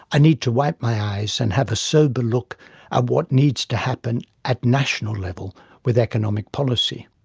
i need to wipe my eyes and have a sober look at what needs to happen at national level with economic policy.